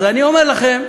אז אני אומר לכם,